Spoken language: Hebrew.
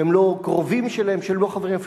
שהם לא קרובים שלהם, שהם לא חברים שלהם.